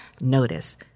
notice